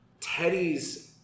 Teddy's